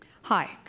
Hi